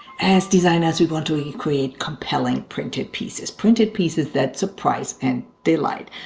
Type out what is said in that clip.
as designers we want to create compelling printed pieces printed pieces that surprise and delight.